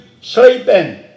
sleeping